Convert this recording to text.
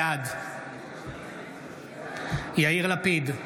בעד יאיר לפיד,